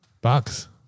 Bucks